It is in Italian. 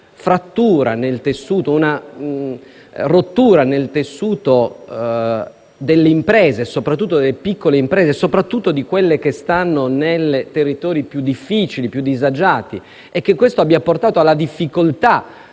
aver generato una frattura nel tessuto delle imprese, soprattutto delle piccole imprese e di quelle che si trovano nei territori più difficili e disagiati, e che questo abbia portato alla difficoltà